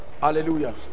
hallelujah